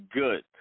good